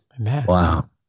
Wow